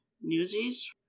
Newsies